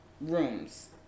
rooms